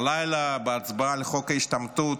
הלילה, בהצבעה על חוק ההשתמטות,